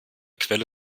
quelle